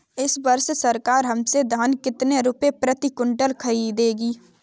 इस वर्ष सरकार हमसे धान कितने रुपए प्रति क्विंटल खरीदेगी?